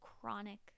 chronic